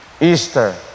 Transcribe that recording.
Easter